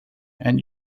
and